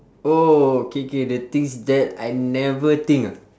oh K K the things that I never think ah